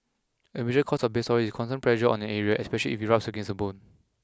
a major cause of bed sores is constant pressure on an area especially if it rubs against the bone